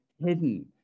hidden